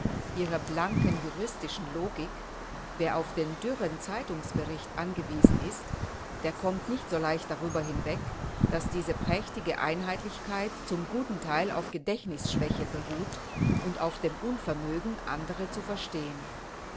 ihrer blanken jurist logik wer auf den dürren zeitungsbericht angewiesen ist der kommt nicht so leicht darüber hinweg daß diese prächtige einheitlichkeit zum guten teil auf gedächtnisschwäche beruht u auf dem unvermögen andere zu verstehen